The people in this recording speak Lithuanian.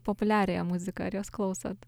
populiariąją muziką ar jos klausot